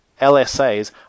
LSAs